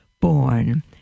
born